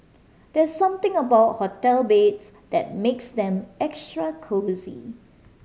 there's something about hotel beds that makes them extra cosy